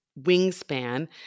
wingspan